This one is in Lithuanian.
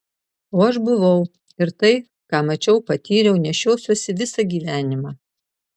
o aš buvau ir tai ką mačiau patyriau nešiosiuosi visą gyvenimą